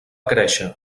créixer